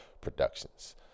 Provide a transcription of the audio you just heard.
Productions